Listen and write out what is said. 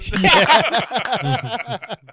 Yes